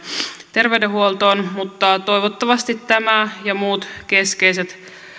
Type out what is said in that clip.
terveydenhuoltoon mutta toivottavasti tämä ja muut keskeiset